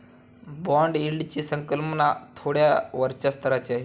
bond यील्डची संकल्पना थोड्या वरच्या स्तराची असते